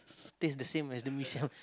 taste the same as the Mee-Siam